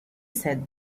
said